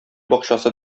бакчасы